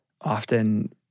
often